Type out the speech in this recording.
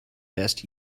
best